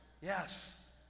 Yes